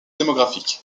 démographique